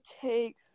take